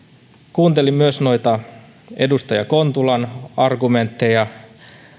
kuuntelin myös noita edustaja kontulan argumentteja